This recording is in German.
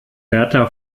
berta